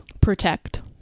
protect